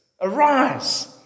Arise